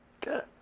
Good